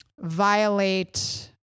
violate